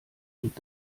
und